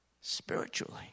spiritually